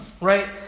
right